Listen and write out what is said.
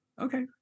okay